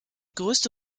größte